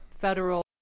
federal